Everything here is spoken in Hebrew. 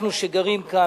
אנחנו שגרים כאן,